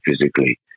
physically